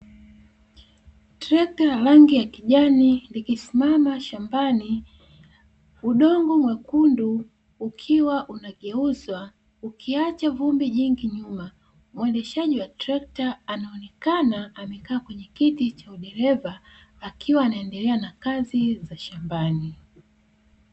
Trekta la rangi ya kijani likisimama shambani, udongo mwekundu ukiwa unageuzwa ukiacha vumbi jingi nyuma. Muendeshaji wa trekta anaonekana amekaa kwenye kiti cha udereva, akiwa anaendelea na kazi za shambani.